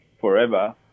forever